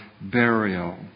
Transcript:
burial